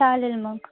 चालेल मग